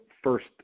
First